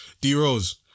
D-Rose